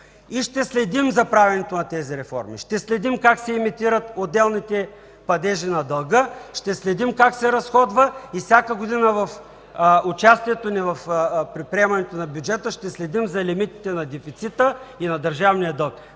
И ще следим за правенето на тези реформи. Ще следим как се емитират отделните падежи на дълга. Ще следим как се разходва и всяка година с участието ни при приемането на бюджета ще следим за лимитите на дефицита и на държавния дълг.